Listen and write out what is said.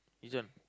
is a